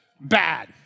bad